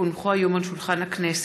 כי הונחו היום על שולחן הכנסת,